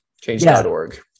change.org